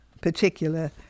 particular